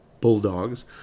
Bulldogs